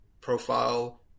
profile